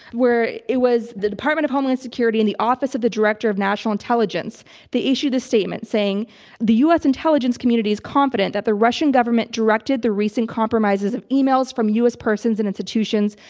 where it was the department of homeland security and the office of the director of national intelligence they issued a statement saying the u. s. intelligence community is confident that the russian government directed the recent compromises of emails from u. s. persons and institutions,